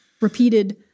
repeated